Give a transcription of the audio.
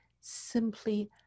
Simply